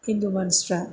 हिन्दु मानसिफ्रा